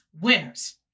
winners